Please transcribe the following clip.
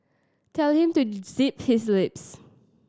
tell him to zip his lips